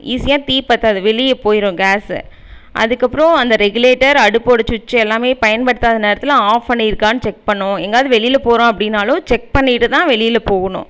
ஈஸியாக தீ பத்தாது வெளியே போய்ரும் கேஸ்ஸு அதற்கப்றோம் அந்த ரெகுலேட்டர் அடுப்போட சுவிட்ச் எல்லாமே பயன்படுத்தாத நேரத்தில் ஆஃப் பண்ணிருக்கான்னு செக் பண்ணும் எங்காவது வெளியில போகறோம் அப்படினாலும் செக் பண்ணிட்டு தான் வெளியில போகணும்